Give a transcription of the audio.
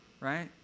right